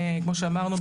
כמו שאמרנו,